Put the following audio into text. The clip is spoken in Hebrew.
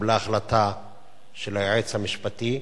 התקבלה החלטה של היועץ המשפטי,